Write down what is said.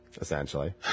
essentially